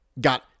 got